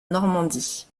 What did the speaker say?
normandie